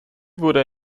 wurde